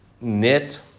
knit